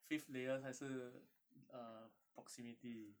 fifth layer 才是 err proximity